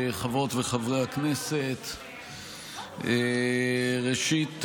חברות וחברי הכנסת, ראשית,